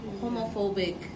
homophobic